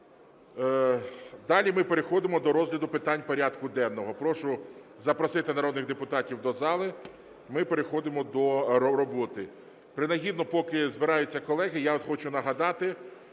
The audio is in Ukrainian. Далі ми переходимо до розгляду питань порядку денного. Прошу запросити народних депутатів до зали, ми переходимо до роботи. Принагідно, поки збираються колеги, я от хочу нагадати,